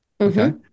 Okay